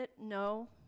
No